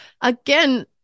again